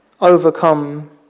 overcome